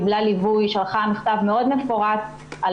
קיבלה ליווי ושלחה מכתב מאוד מפורט על